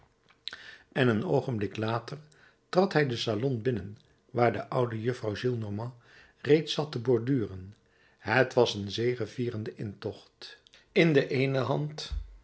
en een oogen blik later trad hij den salon binnen waar de oude juffrouw gillenormand reeds zat te borduren het was een zegevierende intocht in de eene hand